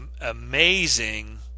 amazing